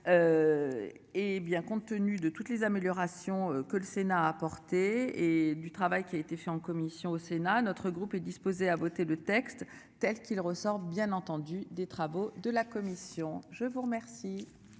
compte tenu de toutes les améliorations que le Sénat a apporté et du travail qui a été fait en commission au Sénat. Notre groupe est disposée à voter le texte tel qu'il ressort bien entendu des travaux de la commission, je vous remercie.